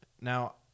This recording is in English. Now